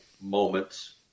moments